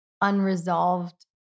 unresolved